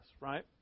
right